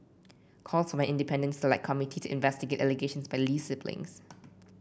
calls for an independent select committee to investigate allegations by Lee siblings